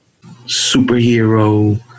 superhero